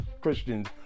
Christians